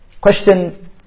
Question